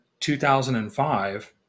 2005